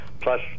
plus